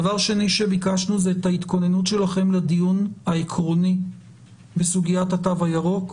דבר שני שביקשנו זה את ההתכוננות שלכם לדיון העקרוני בסוגיית התו הירוק,